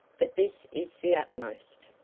but this is the utmost.